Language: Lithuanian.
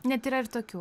net yra ir tokių